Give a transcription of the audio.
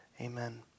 Amen